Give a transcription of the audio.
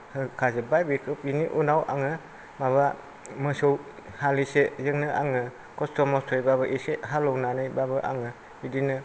ओ होखाजोबबाय बेनि उनाव आङो माबा मोसौ हालिसेजोंनो आङो कस्त' मस्त'यैबाबो एसे हालेवनानैबाबो आङो बिदिनो